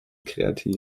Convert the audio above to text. kreativ